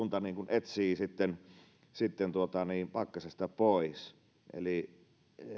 etsii sitten sitten pakkasesta pois eli